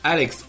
Alex